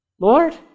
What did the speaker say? Lord